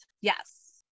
Yes